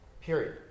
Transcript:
period